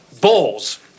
balls